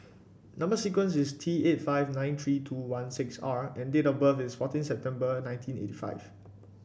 number sequence is T eight five nine three two one six R and date of birth is fourteen September nineteen eighty five